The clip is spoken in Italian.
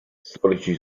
storici